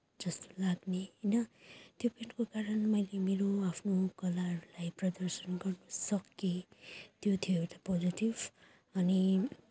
जस्तो लाग्ने होइन त्यो पेन्टको कारण मैले मेरो आफ्नो कलाहरूलाई प्रदर्शन गर्न सकेँ त्यो थियो एउटा पोजिटिभ अनि